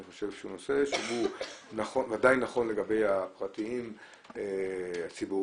חושב שהוא נושא נכון ודאי לגבי הפרטיים הציבוריים,